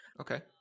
Okay